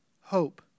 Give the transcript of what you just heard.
hope